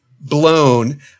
blown